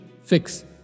fix